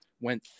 went